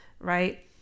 right